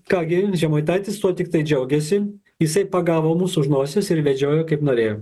ką gi žemaitaitis tuo tiktai džiaugiasi jisai pagavo mus už nosies ir vedžiojo kaip norėjo